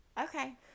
Okay